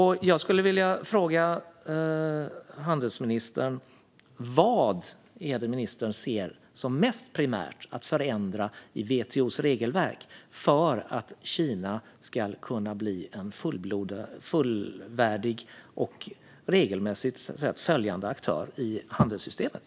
Jag skulle vilja fråga handelsministern: Vad är det ministern ser som mest primärt att förändra i WTO:s regelverk för att Kina ska kunna bli en fullvärdig och regelföljande aktör i handelssystemet?